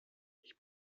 ich